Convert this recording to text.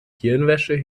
hirnwäsche